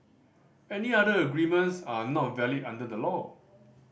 any other agreements are not valid under the law